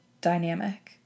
dynamic